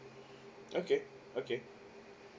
okay okay